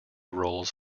roles